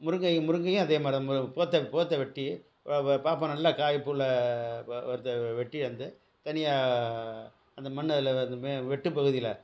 முருங்கையும் முருங்கையும் அதேமாதிரி தான் போத்தை போத்தை வெட்டி பார்ப்போம் நல்லா காய்ப்புள்ள போத்தை வெட்டியாந்து தனியாக அந்த மண் அதில் மே வெட்டு பகுதியில்